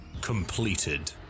completed